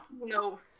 No